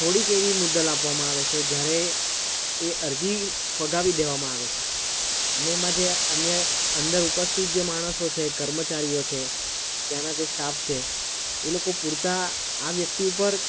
થોડીક એવી મુદલ આપવામાં આવે છે જ્યારે એ અરજી ફગાવી દેવામાં આવે છે અને એમાં જે અન્ય અંદર ઉપસ્થિત જે માણસો છે કર્મચારીઓ છે ત્યાંના જે સ્ટાફ છે એ લોકો પૂરતા આ વ્યક્તિ ઉપર